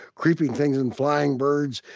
creeping things and flying birds,